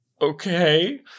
okay